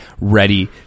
ready